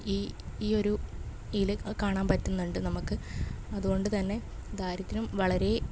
ഈ ഈ ഒരു തിൽ കാണാമ്പറ്റുന്നുണ്ട് നമുക്ക് അതുകൊണ്ട് തന്നെ ദാരിദ്രം വളരെ